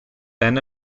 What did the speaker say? then